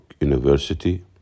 University